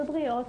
ובריאות,